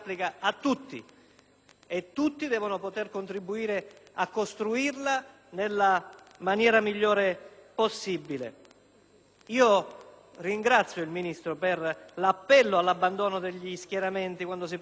tutti devono poter contribuire a costruirla nella maniera migliore possibile. Ringrazio il Ministro per l'appello all'abbandono degli schieramenti quando si parla di giustizia.